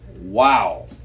Wow